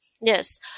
yes